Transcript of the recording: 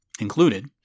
included